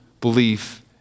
belief